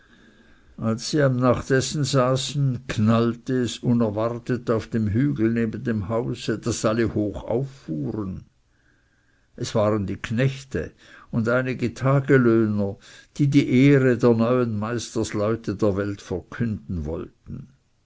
als sie am nachtessen saßen knallte es unerwartet auf dem hügel neben dem hause daß alle hoch auffuhren es waren die knechte und einige tagelöhner die die ehre der neuen meisterleute der welt verkünden wollten